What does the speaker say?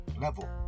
level